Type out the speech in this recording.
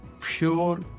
pure